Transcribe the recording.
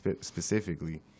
specifically